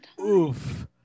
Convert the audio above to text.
Oof